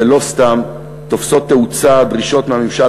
לא סתם תופסות תאוצה הדרישות מהממשל